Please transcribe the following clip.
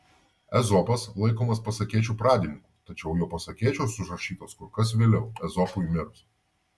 ezopas laikomas pasakėčių pradininku tačiau jo pasakėčios užrašytos kur kas vėliau ezopui mirus